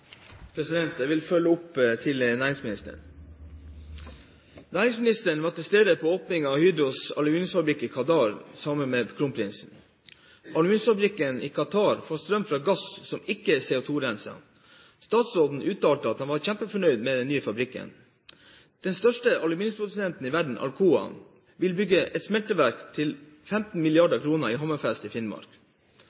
stede på åpningen av Hydros aluminiumsfabrikk i Qatar sammen med kronprinsen. Aluminiumsfabrikken i Qatar får strøm fra gass som ikke er CO2-renset. Statsråden uttalte at han var kjempefornøyd med den nye fabrikken. Den største aluminiumsprodusenten i verden, Alcoa, vil bygge et smelteverk til 15